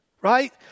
right